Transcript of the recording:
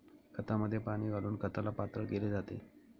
खतामध्ये पाणी घालून खताला पातळ केले जाते